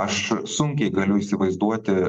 aš sunkiai galiu įsivaizduoti